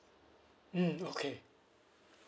mm okay